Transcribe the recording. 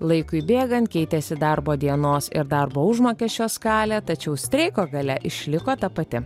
laikui bėgant keitėsi darbo dienos ir darbo užmokesčio skalė tačiau streiko galia išliko ta pati